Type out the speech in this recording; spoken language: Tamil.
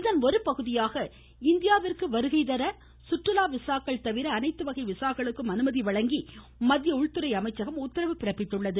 இதன் ஒரு பகுதியாக இந்தியாவிற்கு வருகை தர சுற்றுலா விசாக்கள் தவிர அனைத்து வகை விசாக்களுக்கும் அனுமதி வழங்கி மத்திய உள்துறை அமைச்சகம் உத்தரவு பிறப்பித்துள்ளது